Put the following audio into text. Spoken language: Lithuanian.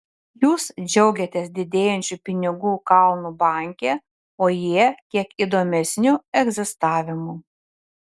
jūs džiaugiatės didėjančiu pinigų kalnu banke o jie kiek įdomesniu egzistavimu